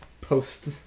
post